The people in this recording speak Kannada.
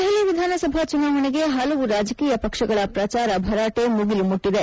ದೆಹಲಿ ವಿಧಾನಸಭಾ ಚುನಾವಣೆಗೆ ಹಲವು ರಾಜಕೀಯ ಪಕ್ಷಗಳ ಪ್ರಚಾರ ಭರಾಟೆ ಮುಗಿಲುಮುಟ್ಟಿದೆ